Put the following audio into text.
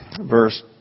verse